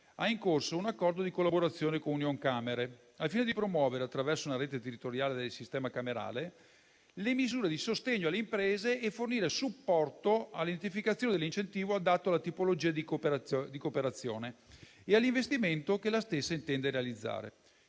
ha in corso un accordo di collaborazione con Unioncamere al fine di promuovere, attraverso una rete territoriale del sistema camerale, misure di sostegno alle imprese, nonché di fornire supporto all'identificazione dell'incentivo adatto alla tipologia di cooperazione e all'investimento che l'azienda intende realizzare.